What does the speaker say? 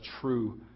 true